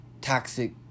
toxic